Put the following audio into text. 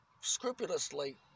scrupulously